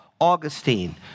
Augustine